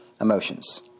emotions